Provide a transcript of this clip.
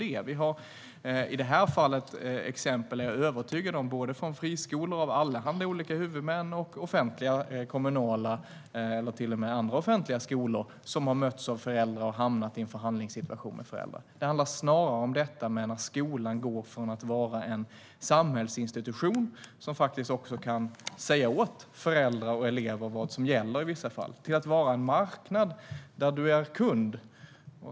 Jag är övertygad om att vi i detta fall har exempel från såväl friskolor med allehanda olika huvudmän som kommunala skolor eller andra offentliga skolor som har mötts av föräldrar och hamnat i en förhandlingssituation med dem. Det handlar snarare om när skolan går från att vara en samhällsinstitution som kan säga åt föräldrar och elever vad som gäller i vissa fall till att bli en marknad där man är kund.